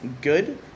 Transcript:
good